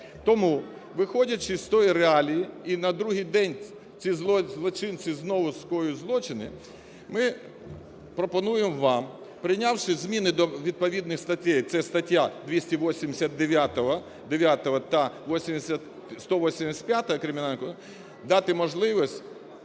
Тому, виходячи з тої реалії – і на другий день ці злочинці знову скоюють злочини – ми пропонуємо вам, прийнявши зміни до відповідних статей, це стаття 289 та 185-а Кримінального кодексу, дати можливість